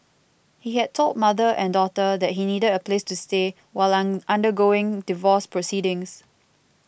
he had told mother and daughter that he needed a place to stay while undergoing divorce proceedings